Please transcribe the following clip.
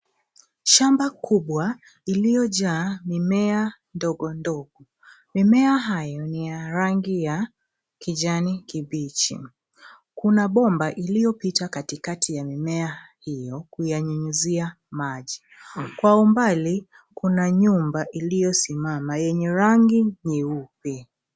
Shamba kubwa iliojaa mimea ndogo ndogo. Mimea hayo ni ya rangi ya kijani kibichi. Kuna bomba iliopita katikati ya mimea hio kuyanyunyizia maji. Kwa umbali kuna nyumba iliosimama yenye rangi nyeupe.